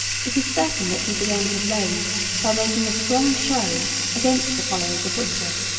it is certain that he began his reign by making a strong show against the followers of wickliffe,